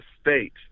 state